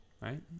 right